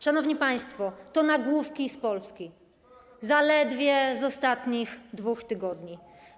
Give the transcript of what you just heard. Szanowni państwo, to nagłówki z Polski, zaledwie z ostatnich 2 tygodni.